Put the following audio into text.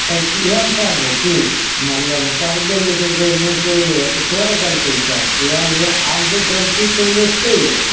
तऽ इहए ने कहबो की मतलब पढ़बे लिखबे नहि कैलहो तऽ तोहर गलती छौ इहए लिए आब जे गलती कयलहो से कयलहो